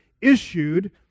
issued